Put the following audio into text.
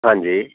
ਹਾਂਜੀ